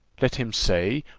let him say,